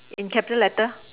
in capital letter